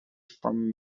from